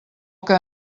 que